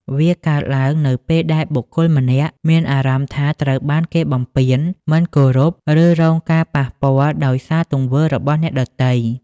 វាកើតឡើងនៅពេលដែលបុគ្គលម្នាក់មានអារម្មណ៍ថាត្រូវបានគេបំពាន មិនគោរព ឬរងការប៉ះពាល់ដោយសារទង្វើរបស់អ្នកដទៃ។